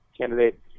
candidate